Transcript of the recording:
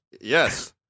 Yes